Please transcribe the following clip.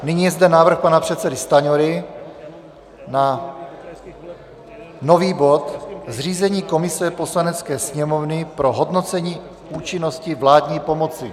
Nyní je zde návrh pana předsedy Stanjury na nový bod zřízení komise Poslanecké sněmovny pro hodnocení účinnosti vládní pomoci.